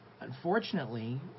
unfortunately